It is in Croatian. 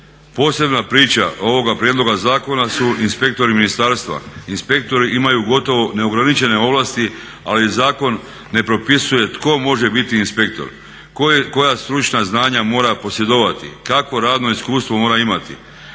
Posebna priča ovoga prijedloga zakona su inspektori ministarstva. Inspektori imaju gotovo neograničene ovlasti, ali zakon ne propisuje tko može biti inspektor, koja stručna znanja mora posjedovati, kakvo radno iskustvo mora imati.